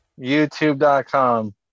YouTube.com